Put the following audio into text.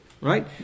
right